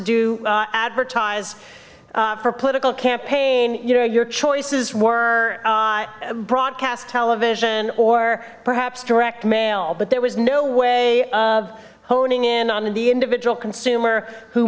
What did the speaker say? do advertise for political campaign you know your choices were broadcast television or perhaps direct mail but there was no way of honing in on the individual consumer who